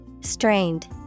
Strained